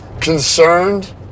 concerned